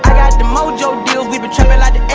got the mojo deals, we been trappin' like